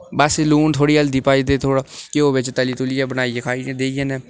बस लून थोह्ड़ी हल्दी पाई ते थोह्ड़ा घ्यो बिच्च तली तुलियै बनाइयै खाई देई जन्ने आं